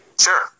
Sure